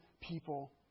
people